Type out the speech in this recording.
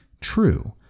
true